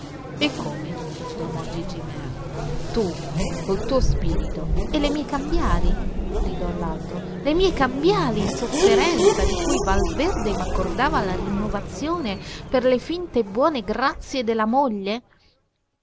e come esclamò gigi mear tu col tuo spirito e le mie cambiali gridò l'altro le mie cambiali in sofferenza di cui valverde m'accordava la rinnovazione per le finte buone grazie della moglie